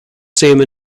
same